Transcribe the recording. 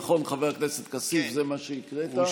נכון, חבר הכנסת כסיף, זה מה שהקראת?